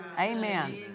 Amen